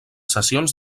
sessions